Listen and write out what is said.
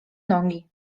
nogi